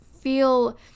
feel